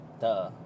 duh